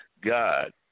God